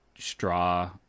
straw